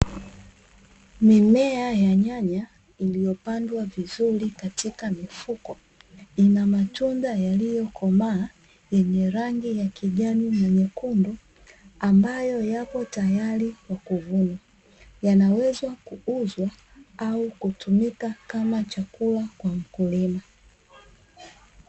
Mimea ya nyanya iliyopandwa vizuri katika mifuko, ina matunda yaliyokomaa yenye rangi ya kijani na nyekundu, ambayo yapo tayari kwa kuvunwa. Yanawezwa kuuzwa au kutumika kama chakula kwa mkulima.